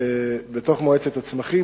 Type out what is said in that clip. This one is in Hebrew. בתוך מועצת הצמחים,